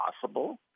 possible